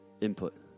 input